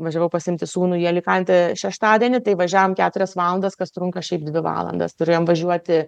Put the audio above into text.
važiavau pasiimti sūnų į alikantę šeštadienį tai važiavom keturias valandas kas trunka šiaip dvi valandas turėjom važiuoti